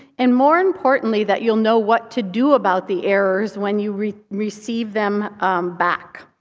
and more importantly, that you'll know what to do about the errors when you receive receive them back.